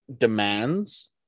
demands